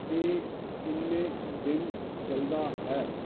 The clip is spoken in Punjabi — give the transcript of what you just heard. ਇਹ ਕਿੰਨੇ ਦਿਨ ਚੱਲਦਾ ਹੈ